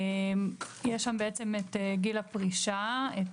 יש שם את גיל הפרישה,